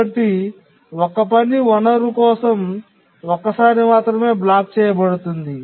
కాబట్టి ఒక పని వనరు కోసం ఒక్కసారి మాత్రమే బ్లాక్ చేయబడుతుంది